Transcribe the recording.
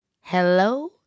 Hello